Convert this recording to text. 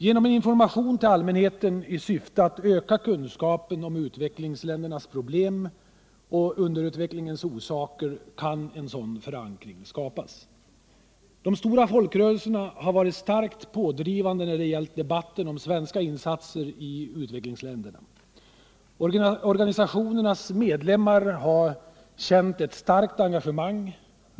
Genom en information till allmänheten i syfte att öka kunskapen om utvecklingsländernas problem och underutvecklingens orsaker kan en sådan förankring skapas. De stora folkrörelserna har varit starkt pådrivande när det gällt debatten om svenska insatser i utvecklingsländerna. Organisationernas medlemmar har känt ett starkt engagemang.